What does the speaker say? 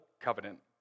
covenant